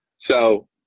So-